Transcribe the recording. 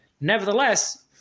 nevertheless